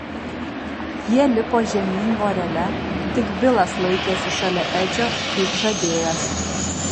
jie lipo žemyn vorele tik bilas laikėsi šalia edžio kaip žadėjęs